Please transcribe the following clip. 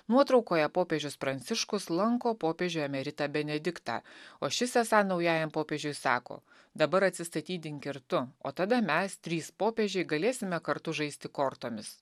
nuotraukoje popiežius pranciškus lanko popiežių emeritą benediktą o šis esą naujajam popiežiui sako dabar atsistatydink ir tu o tada mes trys popiežiai galėsime kartu žaisti kortomis